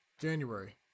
January